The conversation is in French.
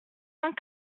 cent